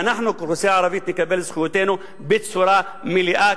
ואנחנו כאוכלוסייה ערבית נקבל את זכויותינו בצורה מלאה,